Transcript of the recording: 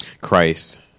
Christ